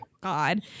God